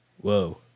Whoa